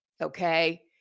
Okay